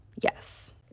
yes